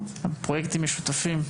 פרויקטים משותפים,